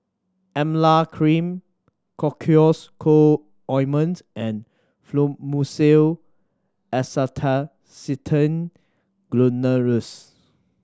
Emla Cream Cocois Co Ointment and Fluimucil Acetylcysteine Granules